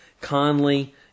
Conley